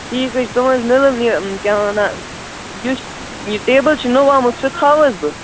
ٹھیٖک حظ چھُ تِم حظ میلٕنۍ یہِ کیٛاہ وَنان یُس یہِ ٹیبُل چھُ نوٚو آمُت سُہ تھاوٕ حظ بہٕ